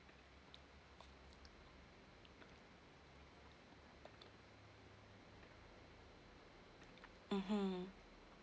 mmhmm